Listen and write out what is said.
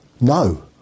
No